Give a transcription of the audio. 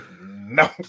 No